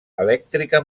elèctrica